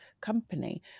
company